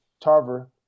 Tarver